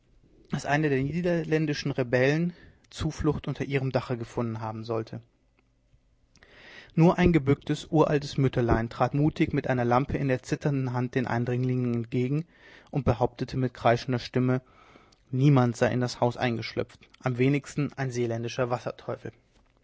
daß einer der niederländischen rebellen zuflucht unter ihrem dache gefunden haben sollte nur ein gebücktes uraltes mütterlein trat mutig mit einer lampe in der zitternden hand den eindringlingen entgegen und behauptete mit kreischender stimme niemand sei in das haus eingeschlüpft am wenigsten ein seeländischer